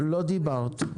לא דיברת.